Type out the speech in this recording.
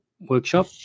workshop